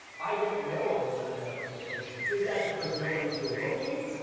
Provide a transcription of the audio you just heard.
i don't know of any numerical notation. is that because nobody's been looking?